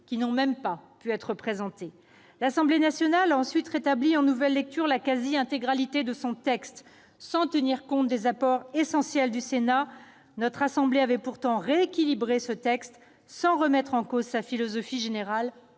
qui n'ont même pas pu être présentées ... L'Assemblée nationale a ensuite rétabli en nouvelle lecture la quasi-intégralité de son texte, sans tenir compte des apports essentiels du Sénat. Notre assemblée avait pourtant rééquilibré ce texte sans remettre en cause sa philosophie générale,